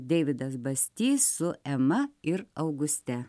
deividas bastys su ema ir auguste